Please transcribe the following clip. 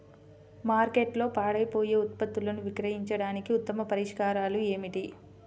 మార్కెట్లో పాడైపోయే ఉత్పత్తులను విక్రయించడానికి ఉత్తమ పరిష్కారాలు ఏమిటి?